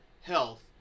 health